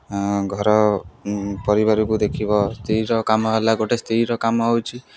ଘର ପରିବାରକୁ ଦେଖିବ ସ୍ତ୍ରୀର କାମ ହେଲା ଗୋଟେ ସ୍ତ୍ରୀର କାମ ହେଉଛିି